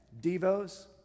Devos